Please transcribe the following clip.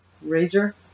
Razor